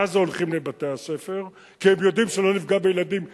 בעזה הולכים לבתי-הספר כי הם יודעים שלא נפגע בילדים בכוונה,